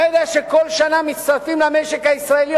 אתה יודע שכל שנה מצטרפים למשק הישראלי